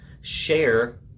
share